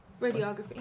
Radiography